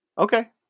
Okay